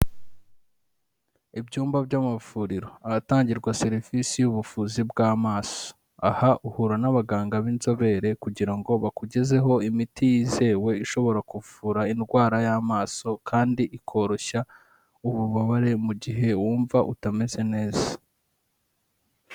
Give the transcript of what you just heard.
Ibyumba by'amavuriro ahatangirwa serivisi y'ubuvuzi bw'amaso, aha uhura n'abaganga b'inzobere kugira ngo bakugezeho imiti yizewe ishobora kuvura indwara y'amaso kandi ikoroshya ububabare mu gihe wumva utameze neza,